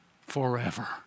forever